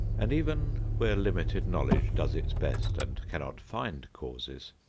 and even where limited knowledge does its best and cannot find causes,